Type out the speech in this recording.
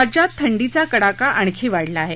राज्यात थंडीचा कडाका आणखी वाढला आहे